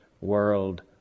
world